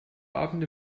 abend